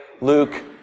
Luke